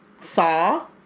saw